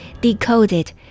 Decoded